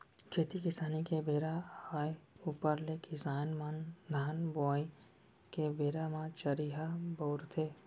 खेती किसानी के बेरा आय ऊपर ले किसान मन धान बोवई के बेरा म चरिहा बउरथे